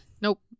Nope